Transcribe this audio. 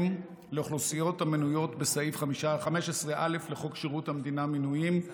לאוכלוסיות המנויות בסעיף 15א לחוק שירות המדינה (מינויים),